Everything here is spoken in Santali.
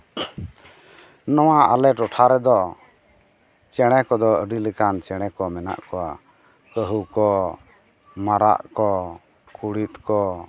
ᱱᱚᱣᱟ ᱟᱞᱮ ᱴᱚᱴᱦᱟ ᱨᱮᱫᱚ ᱪᱮᱬᱮ ᱠᱚᱫᱚ ᱟᱹᱰᱤ ᱞᱮᱠᱟᱱ ᱪᱮᱬᱮ ᱠᱚ ᱢᱮᱱᱟᱜ ᱠᱚᱣᱟ ᱠᱟᱹᱦᱩ ᱠᱚ ᱢᱟᱨᱟᱝ ᱠᱚ ᱠᱩᱲᱤᱫ ᱠᱚ